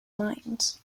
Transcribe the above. minds